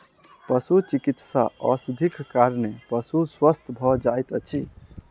पशुचिकित्सा औषधिक कारणेँ पशु स्वस्थ भ जाइत अछि